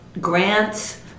grants